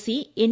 C N